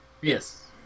Yes